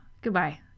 goodbye